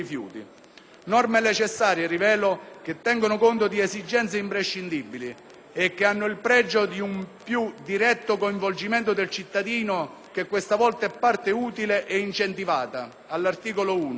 Norme necessarie, rilevo, che tengono conto di esigenze imprescindibili e che hanno il pregio di un più diretto coinvolgimento del cittadino che questa volta è parte utile ed incentivata